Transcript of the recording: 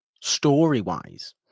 story-wise